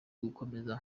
yakomeje